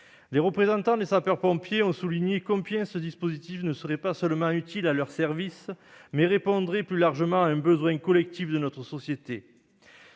Les représentants des sapeurs-pompiers ont souligné combien ce dispositif non seulement serait utile à leur service, mais répondrait plus largement à un besoin collectif de notre société.